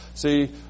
See